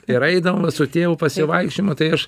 ir eidavom su tėvu į pasivaikščiojimą tai aš